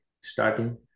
starting